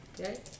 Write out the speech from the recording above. Okay